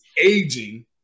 aging